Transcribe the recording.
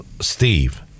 Steve